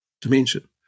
dimension